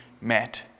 met